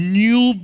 new